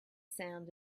sound